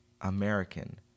American